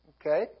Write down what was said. Okay